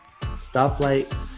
stoplight